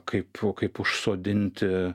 kaip kaip užsodinti